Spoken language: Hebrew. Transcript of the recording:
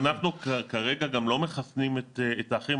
כרגע אנחנו לא מחסנים את האחרים.